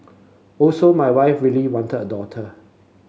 also my wife really wanted a daughter